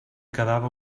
quedava